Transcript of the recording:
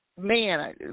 man